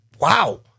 wow